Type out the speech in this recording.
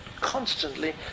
Constantly